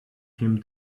him